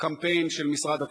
בקמפיין של משרד הקליטה,